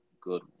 Good